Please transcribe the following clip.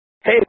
Hey